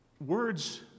Words